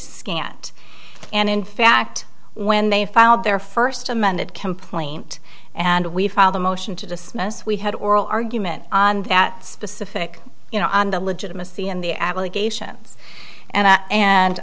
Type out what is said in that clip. scant and in fact when they filed their first amended complaint and we filed a motion to dismiss we had oral argument on that specific you know on the legitimacy of the allegations and i